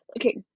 okay